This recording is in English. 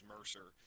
Mercer